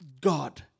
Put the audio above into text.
God